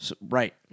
right